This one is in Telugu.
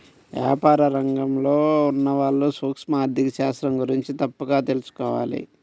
వ్యాపార రంగంలో ఉన్నవాళ్ళు సూక్ష్మ ఆర్ధిక శాస్త్రం గురించి తప్పక తెలుసుకోవాలి